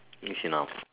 yes enough